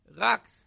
rocks